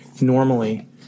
normally